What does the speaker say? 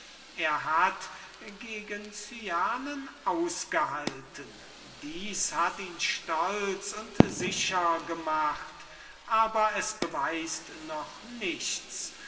er hat gegen cyane ausgehalten dies hat ihn stolz und sicher gemacht aber das beweist noch nichts